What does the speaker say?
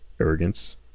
Arrogance